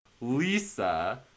Lisa